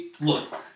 Look